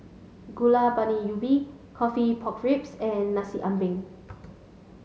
Gulai Baun Ubi coffee pork ribs and Nasi Ambeng